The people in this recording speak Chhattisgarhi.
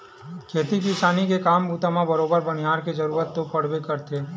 खेती किसानी के काम बूता म बरोबर बनिहार के जरुरत तो पड़बे करथे